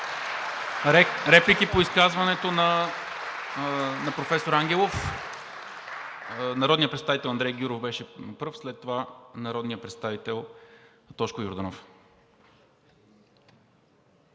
Реплики по изказването на професор Ангелов? Народният представител Андрей Гюров беше пръв, след това народният представител Тошко Йорданов.